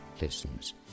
listens